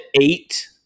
eight